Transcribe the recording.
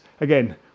Again